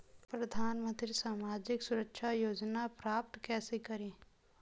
प्रधानमंत्री सामाजिक सुरक्षा योजना प्राप्त कैसे करें?